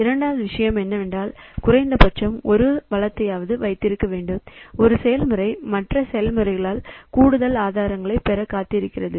இரண்டாவது விஷயம் என்னவென்றால் குறைந்தபட்சம் ஒரு வளத்தையாவது வைத்திருக்கும் ஒரு செயல்முறை மற்ற செயல்முறைகளால் கூடுதல் ஆதாரங்களைப் பெற காத்திருக்கிறது